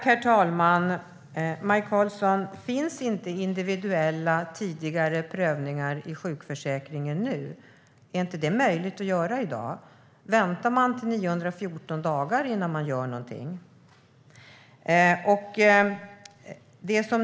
Herr talman! Finns inte individuella, tidigare prövningar i sjukförsäkringen nu, Maj Karlsson? Är det inte möjligt att göra det i dag? Väntar man 914 dagar innan man gör någonting?